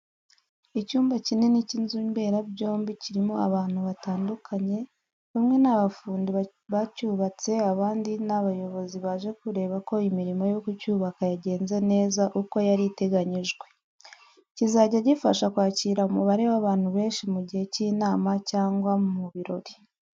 Icyumba kinini cy'inzu mberabyombi kirimo abantu batandukanye, bamwe ni abafundi bacyubatse, abandi ni abayobozi baje kureba ko imirimo yo kucyubaka yagenze neza uko yari iteganyijwe. Kizajya gifasha kwakira umubare w'abantu benshi mu gihe cy'inama cyangwa mu birori.